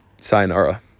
Sayonara